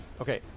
Okay